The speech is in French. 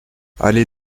allez